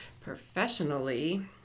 Professionally